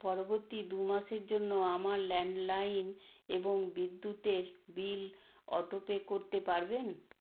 পরবর্তী দু মাসের জন্য আমার ল্যাণ্ডলাইন এবং বিদ্যুতের বিল অটোপে করতে পারবেন